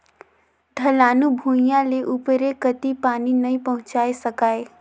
ढलानू भुइयां ले उपरे कति पानी नइ पहुचाये सकाय